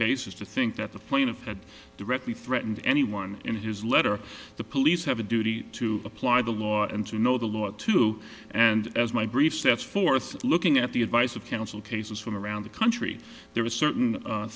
basis to think that the plaintiff that directly threatened anyone in his letter the police have a duty to apply the law and to know the law too and my brief sets forth looking at the advice of counsel cases from around the country there are certain